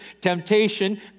temptation